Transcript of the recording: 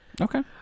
Okay